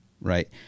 right